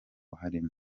harimo